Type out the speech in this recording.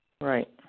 Right